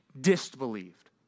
disbelieved